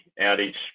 outage